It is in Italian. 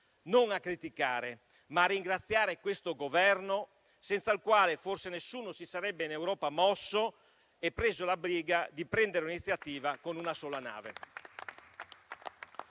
non a criticare, ma a ringraziare questo Governo senza il quale forse nessuno in Europa si sarebbe mosso e preso la briga di prendere l'iniziativa con una sola nave.